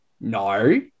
no